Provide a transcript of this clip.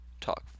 talk